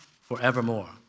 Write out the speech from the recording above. forevermore